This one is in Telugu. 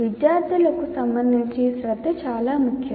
విద్యార్థులకు సంబంధించి శ్రద్ధ చాలా ముఖ్యం